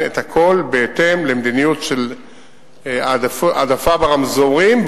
את הכול בהתאם למדיניות של העדפה ברמזורים,